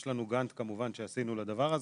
יש לנו גאנט שעשינו לדבר הזה,